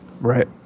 Right